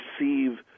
receive